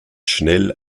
schnell